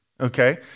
okay